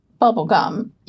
Bubblegum